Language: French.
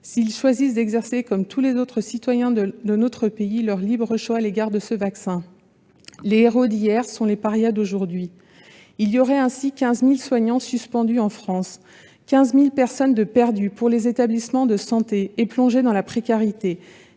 s'ils choisissent d'exercer, comme tous les autres citoyens de notre pays, leur libre choix à l'égard de ce vaccin. Les héros d'hier sont les parias d'aujourd'hui ! Il y aurait ainsi 15 000 soignants suspendus en France : 15 000 personnes de perdues pour les établissements de santé et plongées dans la précarité.